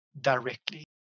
directly